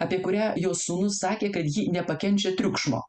apie kurią jos sūnus sakė kad ji nepakenčia triukšmo